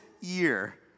year